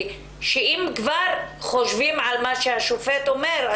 שאם כבר חושבים על מה שהשופט אומר,